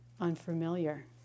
unfamiliar